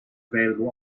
available